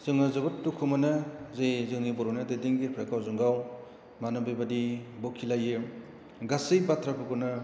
जोङो जोबोद दुखु मोनो जे जोंनि बर'नि दैदेनगिरिफ्रा गावजों गाव मानो बेबायदि बखिलाययो गासै बाथ्राफोरखौनो